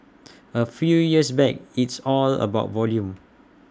A few years back it's all about volume